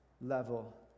level